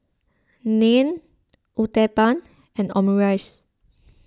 Naan Uthapam and Omurice